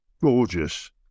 gorgeous